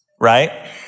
right